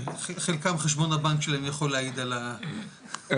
חלקם חשבון הבנק שלהם יכול להעיד על ה- הבנתי,